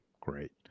Great